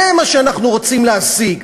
זה מה שאנחנו רוצים להשיג,